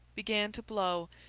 began to blow,